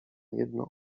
jedno